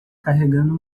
carregando